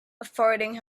averting